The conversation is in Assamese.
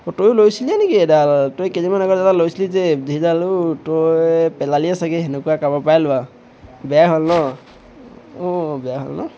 অঁ তয়ো লৈছিলি নেকি এডাল তই কেইদিনমান আগত এডাল লৈছিলি যে সেইডালোঁ তই পেলালিয়ে চাগে সেনেকুৱা কাৰোবাৰপৰাই লোৱা বেয়াই হ'ল ন অঁ বেয়া হ'ল ন